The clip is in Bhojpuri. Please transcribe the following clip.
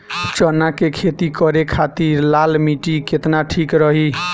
चना के खेती करे के खातिर लाल मिट्टी केतना ठीक रही?